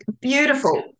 beautiful